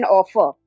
offer